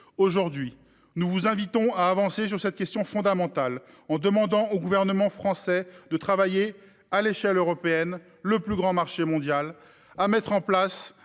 Aujourd'hui, nous vous invitons à avancer sur cette question fondamentale en demandant au Gouvernement français de travailler à l'échelle européenne, le plus grand marché mondial, pour mettre en place